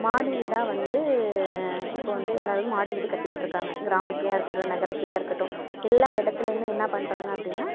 மாடி வீடாக வந்து இப்போ வந்து எல்லாரும் மாடி வீடு கட்டிட்டிருக்காங்க கிராமத்துலேயா இருக்கட்டும் நகரத்திலேயா இருக்கட்டும் எல்லா இடத்துலியுமே என்ன பண்றாங்க அப்படின்னா